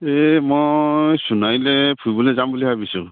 এই মই সোণাৰীলৈ ফুৰিবলৈ যাম বুলি ভাবিছোঁ